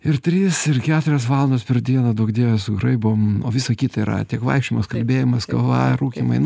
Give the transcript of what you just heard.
ir trys ir keturios valandos per dieną duok dieve sugraibom o visa kita yra tik vaikščiojimas kalbėjimas kava rūkymai nu